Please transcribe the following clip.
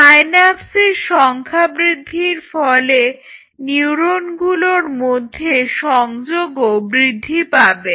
সাইন্যাপসের সংখ্যা বৃদ্ধির ফলে নিউরনগুলোর মধ্যে সংযোগও বৃদ্ধি পাবে